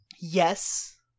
Yes